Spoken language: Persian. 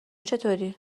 چطوری